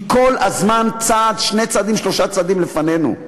היא כל הזמן צעד, שני צעדים, שלושה צעדים לפנינו.